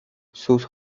sus